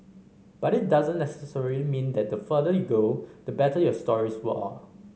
but it doesn't necessarily mean that the farther you go the better your stories will are